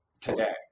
today